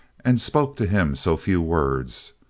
and spoke to him so few words?